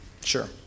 Sure